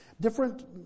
Different